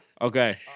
Okay